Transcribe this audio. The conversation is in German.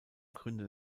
gründer